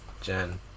Jen